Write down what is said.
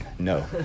No